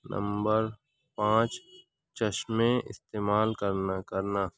number پانچ چشمے استعمال کرنا کرنا